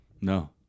No